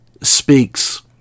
speaks